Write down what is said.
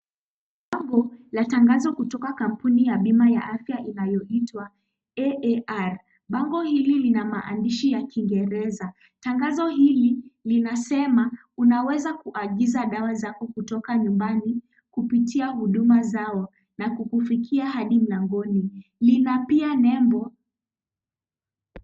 Bango la tangazo kutoka kampuni ya bima ya afya inayoitwa AAR ,bango hili lina maandishi ya Kiingereza ,tangazo hili linasema unaweza kuagiza dawa zako kutoka nyumbani kupitia huduma zao na kukufikia hadi nyumbani ,lina pia nembo.